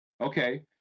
Okay